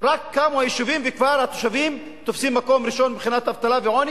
רק קמו היישובים וכבר התושבים תופסים מקום ראשון מבחינת אבטלה ועוני,